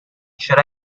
should